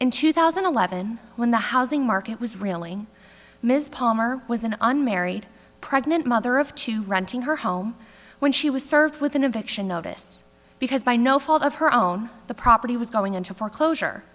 in two thousand and eleven when the housing market was reeling ms palmer was an unmarried pregnant mother of two renting her home when she was served with an eviction notice because by no fault of her own the property was going into foreclosure